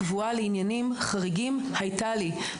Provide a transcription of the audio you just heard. כתובת קבועה לעניינים חריגים הייתה לי,